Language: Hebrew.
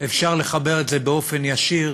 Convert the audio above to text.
אפשר לחבר את זה באופן ישיר